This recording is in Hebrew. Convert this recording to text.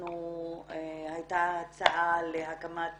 היתה הצעה להקמת